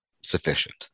sufficient